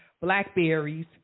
blackberries